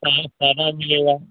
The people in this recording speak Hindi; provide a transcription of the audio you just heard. खाना सादा मिलेगा